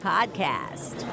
Podcast